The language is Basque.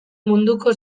munduko